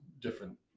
different